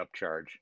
upcharge